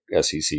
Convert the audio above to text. SEC